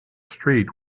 street